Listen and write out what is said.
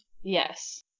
Yes